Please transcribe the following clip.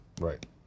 right